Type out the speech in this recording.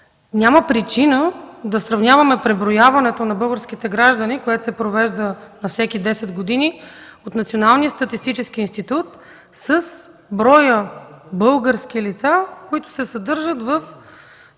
няма причина да сравняваме преброяването на българските граждани, което се провежда на всеки 10 години от Националния статистически институт, с броя български лица, които се съдържат в